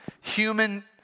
human